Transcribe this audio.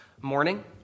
morning